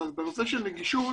בנושא של נגישות,